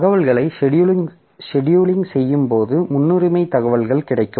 தகவல்களை செடியூலிங் செய்யும்போது முன்னுரிமை தகவல்கள் கிடைக்கும்